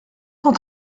cent